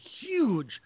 huge